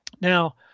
Now